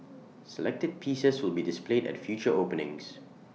selected pieces will be displayed at future openings